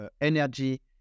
energy